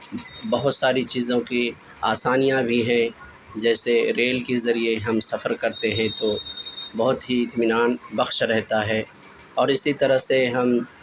بہت ساری چیزوں کی آسانیاں بھی ہیں جیسے ریل کے ذریعے ہم سفر کرتے ہیں تو بہت ہی اطمینان بخش رہتا ہے اور اسی طرح سے ہم